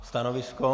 Stanovisko?